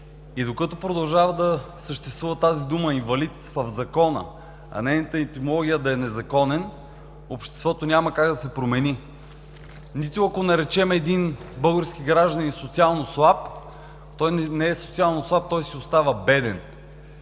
Докато продължава да съществува тази дума „инвалид“ в Закона, а нейната етимология да е „незаконен“, обществото няма как да се промени, нито ако наречем един български гражданин „социално слаб“, той не е социално слаб, той си остава беден.